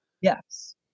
yes